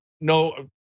no